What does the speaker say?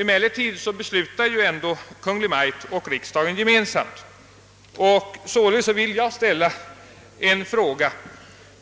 Emellertid beslutar ju ändå Kungl. Maj:t och riksdagen gemensamt, och därför vill jag ställa en fråga: